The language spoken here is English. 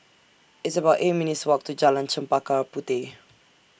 It's about eight minutes' Walk to Jalan Chempaka Puteh